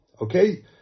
Okay